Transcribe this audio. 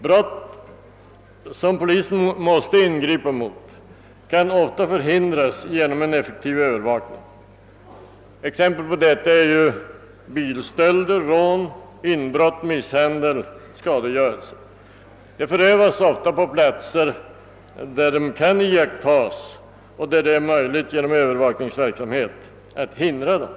Brott som polisen måste ingripa mot kan ofta förhindras genom en effektiv övervakning. Exempel på detta är bilstölder, rån, inbrott, misshandel och skadegörelse, som ofta förövas på platser där de kan iakttas, varför det är möjligt att genom övervakningsverksamhet hindra dem.